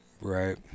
Right